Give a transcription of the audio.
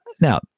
Now